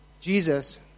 Jesus